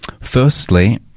Firstly